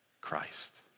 Christ